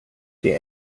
der